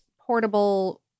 portable